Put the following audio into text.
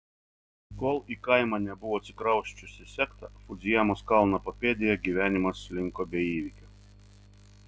kol į kaimą nebuvo atsikrausčiusi sekta fudzijamos kalno papėdėje gyvenimas slinko be įvykių